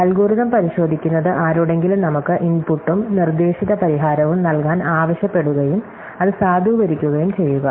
algorithm പരിശോധിക്കുന്നത് ആരോടെങ്കിലും നമുക്ക് ഇൻപുട്ടും നിർദ്ദേശിത പരിഹാരവും നൽകാൻ ആവശ്യപ്പെടുകയും അത് സാധൂകരിക്കുകയും ചെയ്യുക